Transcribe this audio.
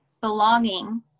belonging